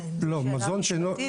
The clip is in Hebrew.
לא, מזון שאינו --- זו שאלה משפטית?